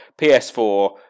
PS4